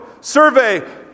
Survey